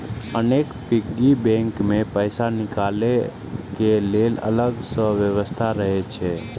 अनेक piggy bank मे पैसा निकालै के लेल अलग सं व्यवस्था रहै छै